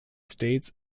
states